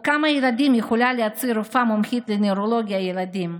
כמה ילדים יכולה להציל רופאה מומחית לנוירולוגיה ילדים?